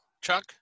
Chuck